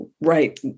right